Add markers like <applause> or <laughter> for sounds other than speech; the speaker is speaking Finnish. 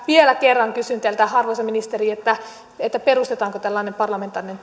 vielä kerran kysyn teiltä arvoisa ministeri perustetaanko tällainen parlamentaarinen <unintelligible>